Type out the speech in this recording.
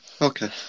Okay